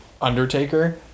Undertaker